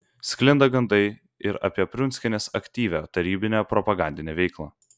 sklinda gandai ir apie prunskienės aktyvią tarybinę propagandinę veiklą